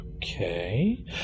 Okay